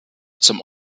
zum